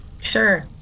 Sure